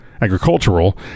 agricultural